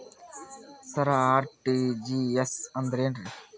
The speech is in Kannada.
ಸರ ಆರ್.ಟಿ.ಜಿ.ಎಸ್ ಅಂದ್ರ ಏನ್ರೀ?